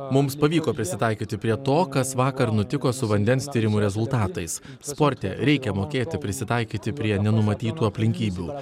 mums pavyko prisitaikyti prie to kas vakar nutiko su vandens tyrimų rezultatais sporte reikia mokėti prisitaikyti prie nenumatytų aplinkybių